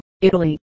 Italy